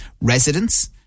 residents